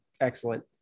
Excellent